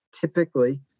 typically